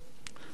שלי לפחות: